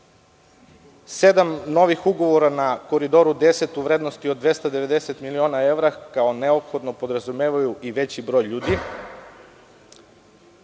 rade. Sedam novih ugovora na Koridoru 10 u vrednosti od 290 miliona evra kao neophodno podrazumevaju i veći broj ljudi.